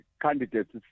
candidates